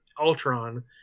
Ultron